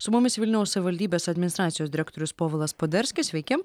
su mumis vilniaus savivaldybės administracijos direktorius povilas poderskis sveiki